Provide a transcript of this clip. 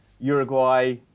Uruguay